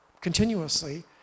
continuously